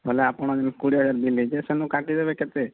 ବୋଲେ ଆପଣ ଯେଉଁ କୋଡ଼ିଏ ହଜାର ଦେଲେ ଯେ ସେନୁ କାଟିଦେବେ କେତେ